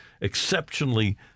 exceptionally